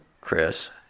Chris